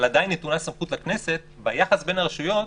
עדיין יש סמכות לכנסת וביחס בין הרשויות,